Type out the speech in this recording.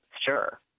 sure